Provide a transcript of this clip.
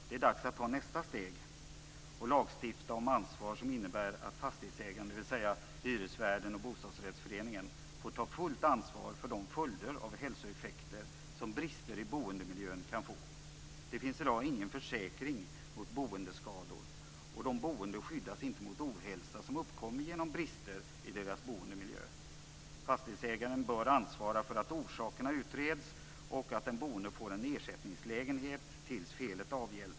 Det är nu dags att ta nästa steg och lagstifta om ansvar som innebär att fastighetsägaren, dvs. hyresvärden och bostadsrättsföreningen, får ta fullt ansvar för de hälsoeffekter som brister i boendemiljön kan få. Det finns i dag ingen försäkring mot boendeskador, och de boende skyddas inte mot ohälsa som uppkommer genom brister i deras boendemiljö. Fastighetsägaren bör ansvara för att orsakerna utreds och att den boende får en ersättningslägenhet tills felet avhjälpts.